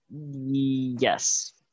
Yes